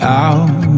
out